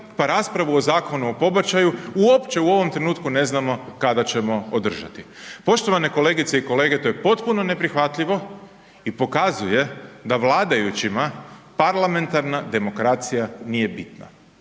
pa raspravu o Zakonu o pobačaju, uopće u ovom trenutku ne znamo kada ćemo održati. Poštovane kolegice i kolege, to je potpuno neprihvatljivo i pokazuje da vladajućima parlamentarna demokracija nije bitna.